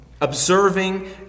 observing